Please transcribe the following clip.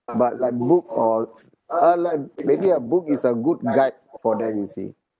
but like book or uh like maybe a book is a good guide for them you see